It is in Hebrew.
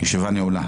הישיבה נעולה.